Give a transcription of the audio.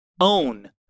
own